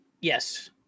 Yes